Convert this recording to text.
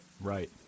Right